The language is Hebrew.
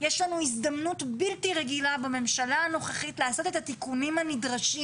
יש לנו הזדמנות בלתי רגילה בממשלה הנוכחית לעשות את התיקונים הנדרשים